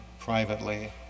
privately